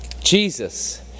Jesus